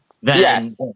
Yes